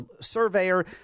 surveyor